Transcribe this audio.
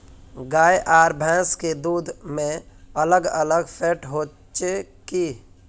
गाय आर भैंस के दूध में अलग अलग फेट होचे की?